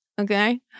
okay